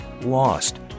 lost